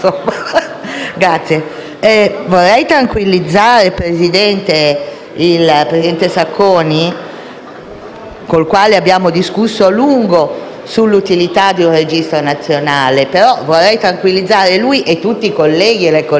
il quale abbiamo discusso a lungo sull'utilità di un registro nazionale, e tutti i colleghi e le colleghe dicendo che non è che non esistano altri registri; ci sono e sono previsti i registri regionali.